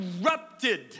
erupted